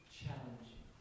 challenging